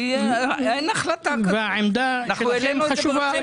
אין החלטה כזו.